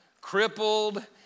crippled